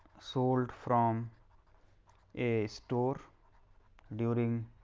sold from a store during